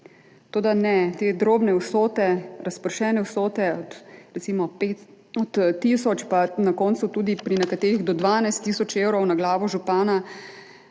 Toda ne, te drobne vsote, razpršene vsote od recimo pet tisoč pa na koncu pri nekaterih tudi do 12 tisoč evrov na glavo župana